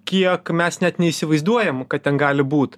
kiek mes net neįsivaizduojam kad ten gali būt